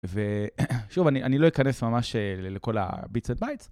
ושוב, אני לא אכנס ממש לכל הביצת בייטס.